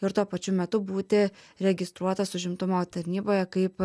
ir tuo pačiu metu būti registruotas užimtumo tarnyboje kaip